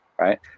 right